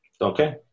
Okay